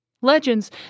Legends